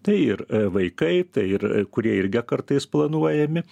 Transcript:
tai ir vaikai tai ir kurie irgi kartais planuojami